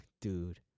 Dude